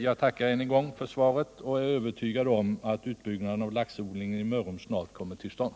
Jag tackar än en gång för svaret och är övertygad om att utbyggnaden av laxodlingen i Mörrum snart kommer till stånd.